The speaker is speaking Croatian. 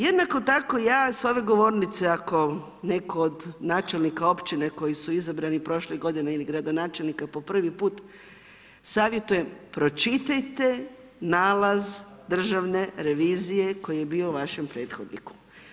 Jednako tako ja s ove govornice ako netko od načelnika općine koji su izabrani prošle godine ili gradonačelnika po prvi put savjetujem, pročitajte nalaz državne revizije koji je bio vašem prethodniku.